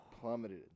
Plummeted